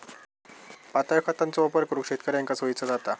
पातळ खतांचो वापर करुक शेतकऱ्यांका सोयीचा जाता